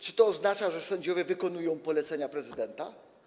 Czy to oznacza, że sędziowie wykonują polecenia prezydenta?